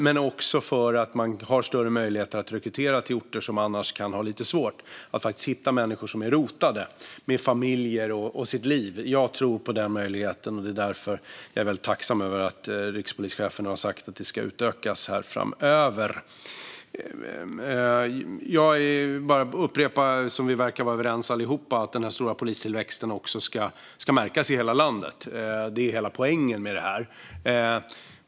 Det är också bra eftersom man har större möjligheter att rekrytera till orter som annars kan ha lite svårt att hitta människor som är rotade med sina familjer och sina liv. Jag tror på denna möjlighet. Det är därför jag är väldigt tacksam över att rikspolischefen har sagt att detta ska utökas framöver. Jag ska bara upprepa det som vi allihop verkar vara överens om: att den stora polistillväxten ska märkas i hela landet. Det är hela poängen med detta.